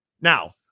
Now